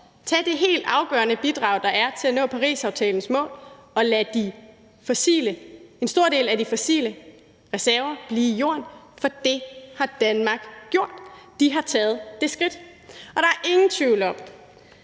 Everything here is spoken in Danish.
give det helt afgørende bidrag til at nå Parisaftalens mål og lade en stor del af de fossile reserver blive i jorden, for det har Danmark gjort; de har taget det skridt. Og der er ingen tvivl om,